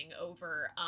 over